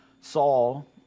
Saul